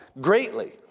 greatly